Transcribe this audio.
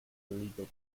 illegal